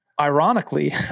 ironically